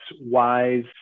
wise